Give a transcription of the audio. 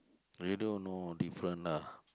radio no different lah